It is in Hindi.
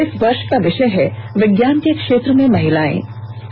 इस वर्ष का विषय है विज्ञान के क्षेत्र में महिलाएं है